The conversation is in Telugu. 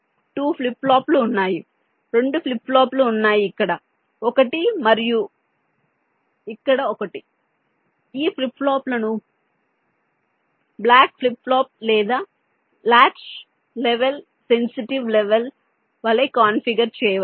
2 ఫ్లిప్ ఫ్లాప్లు ఉన్నాయి రెండు ఫ్లిప్ ఫ్లాప్లు ఉన్నాయి ఇక్కడ ఒకటి మరియు ఇక్కడ ఒకటి ఈ ఫ్లిప్ ఫ్లాప్లను బ్లాక్ ఫ్లిప్ ఫ్లాప్ లేదా లాచ్ లెవెల్ సెన్సిటివ్ లెవెల్ వలె కాన్ఫిగర్ చేయవచ్చు